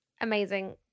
Amazing